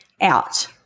out